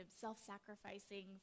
self-sacrificing